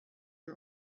you